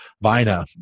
Vina